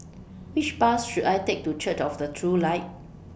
Which Bus should I Take to Church of The True Light